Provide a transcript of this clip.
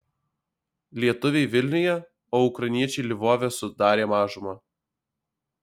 lietuviai vilniuje o ukrainiečiai lvove sudarė mažumą